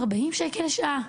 40 שקל לשעה.